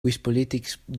wispoliticscom